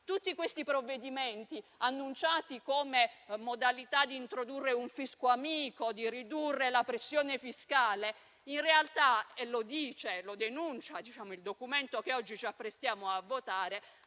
Tutti questi provvedimenti, annunciati come modalità di introdurre un fisco amico e di ridurre la pressione fiscale, in realtà - come denuncia il Documento che oggi ci apprestiamo a votare